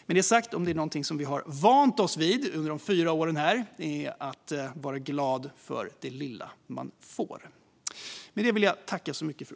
Med det sagt har vi under de senaste fyra åren vant oss vid att vara glada för det lilla vi får.